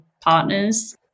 partners